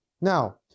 Now